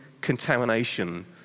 contamination